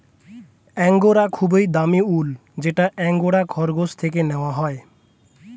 angora খুবই দামি উল যেটা অ্যাঙ্গোরা খরগোশ থেকে নেওয়া হয়